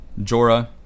Jorah